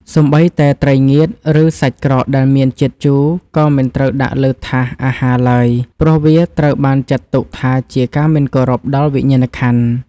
សូម្បីតែត្រីងៀត ឬសាច់ក្រកដែលមានជាតិជូរក៏មិនត្រូវដាក់លើថាសអាហារឡើយ ព្រោះវាត្រូវបានចាត់ទុកថាជាការមិនគោរពដល់វិញ្ញាណក្ខន្ធ។